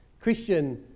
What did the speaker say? Christian